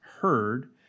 heard